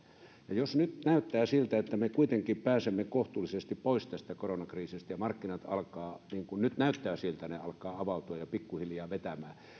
jos nyt näyttää siltä että me kuitenkin pääsemme kohtuullisesti pois tästä koronakriisistä ja markkinat alkavat niin kuin nyt näyttää avautua ja pikkuhiljaa vetämään